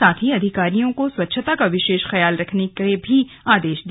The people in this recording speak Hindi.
साथ ही अधिकारियों को स्वच्छता का विशेष ख्याल रखने का भी आदेश दिया